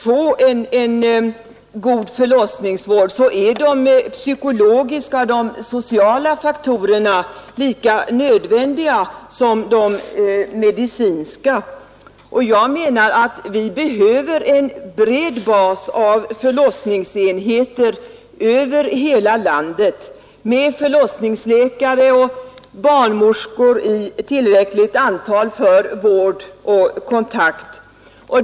För en god förlossningsvård är de psykologiska och sociala faktorerna lika viktiga som de medicinska, och vi behöver en bred bas av förlossningsenheter över hela landet med förlossningsläkare och barnmorskor i tillräckligt antal för vård och kontakt.